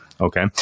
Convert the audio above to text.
okay